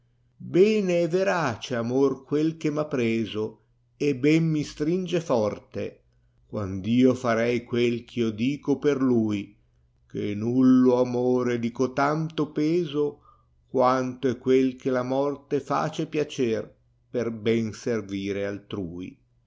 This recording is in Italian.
bene è verace amor quel che m ha preso e ben mi stringe forte quand io farei quel ch io dico per luì che nullo amore è di cotanto peso quanto è quel che la morte face piacer per ben servire altrui